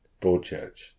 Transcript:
Broadchurch